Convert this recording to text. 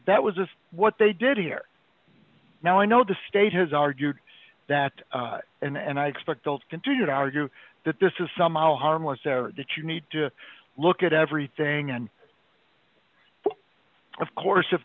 that was what they did here now i know the state has argued that and i expect they'll continue to argue that this is somehow harmless that you need to look at everything and of course if